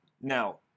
now